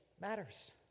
matters